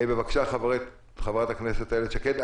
בבקשה, חברת הכנסת איילת שקד.